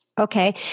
Okay